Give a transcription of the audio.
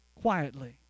quietly